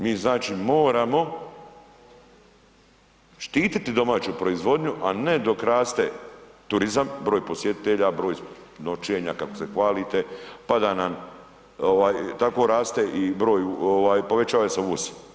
Mi znači moramo štititi domaću proizvodnju, a ne dok raste turizam, broj posjetitelja, broj noćenja kako se hvalite pa da nam tako raste i povećava se uvoz.